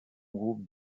groupe